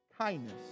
kindness